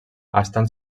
estan